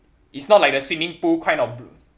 it's not like the swimming pool kind of bl~